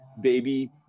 baby